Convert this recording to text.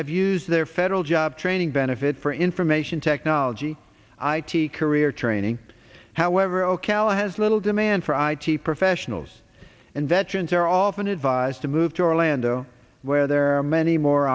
have used their federal job training benefit for information technology i t career training however ocala has little demand for i t professionals and veterans are often advised to move to orlando where there are many more